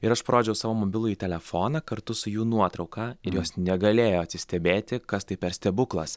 ir aš parodžiau savo mobilųjį telefoną kartu su jų nuotrauka ir jos negalėjo atsistebėti kas tai per stebuklas